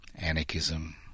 Anarchism